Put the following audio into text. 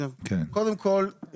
קודם כל,